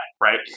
Right